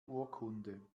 urkunde